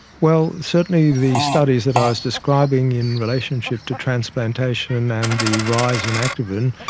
well, certainly the studies that i was describing in relationship to transplantation and and the rise in activin,